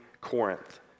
Corinth